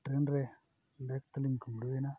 train ᱨᱮ bag ᱛᱟᱹᱞᱤᱧ ᱠᱩᱢᱵᱽᱲᱩᱭᱮᱱᱟ